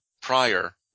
prior